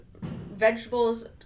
vegetables